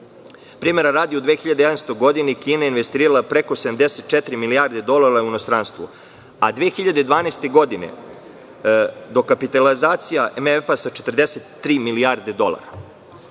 dolara. Primera radi, u 2011. godini Kina je investirala preko 74 milijarde dolara u inostranstvu, a 2012. godine dokapitalizacija MEF sa 43 milijarde dolara.